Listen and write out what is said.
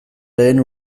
lehen